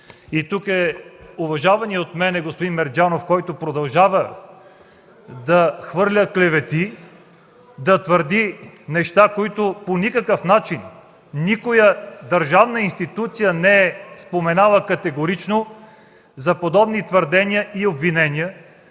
Тук е уважаваният от мен господин Мерджанов, който продължава да хвърля клевети, да твърди неща, за които по никакъв начин никоя държавна институция не е споменала категорично подобни твърдения и обвинения,